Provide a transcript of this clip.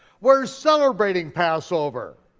we're celebrating passover.